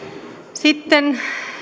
sitten